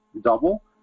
double